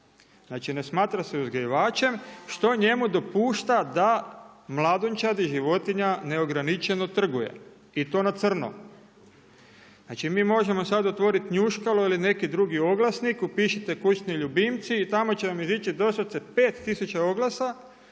Znači ne smatra se uzgajivačem, što njemu dopušta da mladunčadi životinja neograničeno trguje. I to na crno. Znači, mi možemo sad otvoriti Njuškalo ili neki drugi oglasnik, upišite kućni ljubimci, i tamo će vam izići doslovce 5 tisuća oglasa